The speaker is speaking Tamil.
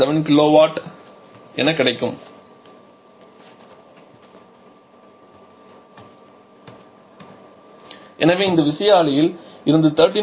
7 KW என கிடைக்கும் எனவே இந்த விசையாழியில் இருந்து 13